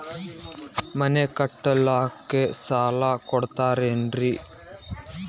ಮನಿ ಕಟ್ಲಿಕ್ಕ ಸಾಲ ಕೊಡ್ತಾರೇನ್ರಿ?